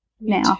now